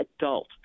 adult